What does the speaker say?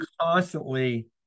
constantly